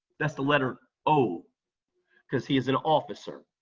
that's the letter o because he is an officer,